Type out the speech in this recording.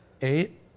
Eight